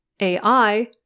AI